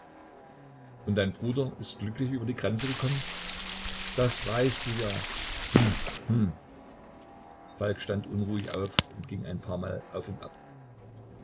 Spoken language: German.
und dein bruder ist glücklich über die grenze gekommen das weißt du ja hm hm falk stand unruhig auf und ging ein paar mal auf und ab